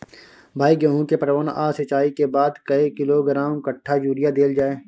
भाई गेहूं के पटवन आ सिंचाई के बाद कैए किलोग्राम कट्ठा यूरिया देल जाय?